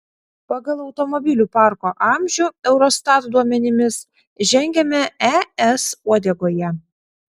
pagal automobilių parko amžių eurostat duomenimis žengiame es uodegoje